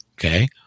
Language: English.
okay